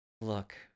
Look